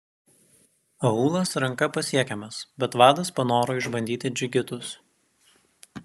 aūlas ranka pasiekiamas bet vadas panoro išbandyti džigitus